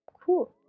cool